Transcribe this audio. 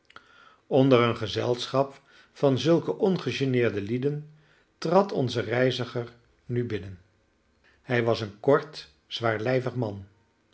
onder een gezelschap van zulke ongegeneerde lieden trad onze reiziger nu binnen hij was een kort zwaarlijvig man